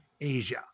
asia